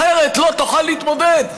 אחרת לא תוכל להתמודד,